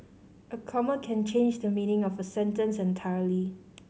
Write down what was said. a comma can change the meaning of a sentence entirely